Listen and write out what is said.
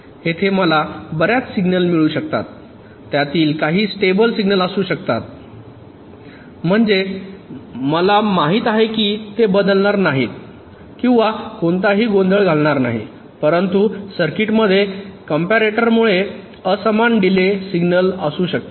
येथे मला बर्याच सिग्नल मिळू शकतात त्यातील काही स्टेबल सिग्नल असू शकतात म्हणजे मला माहित आहे की ते बदलणार नाहीत किंवा कोणताही गोंधळ होणार नाही परंतु सर्किटमधील कंपॅरटरचे मुळे असमान डीले सिग्नल असू शकतात